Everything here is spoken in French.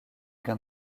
gain